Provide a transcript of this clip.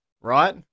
right